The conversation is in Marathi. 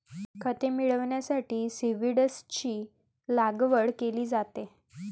खते मिळविण्यासाठी सीव्हीड्सची लागवड केली जाते